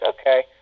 okay